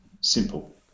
Simple